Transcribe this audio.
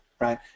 right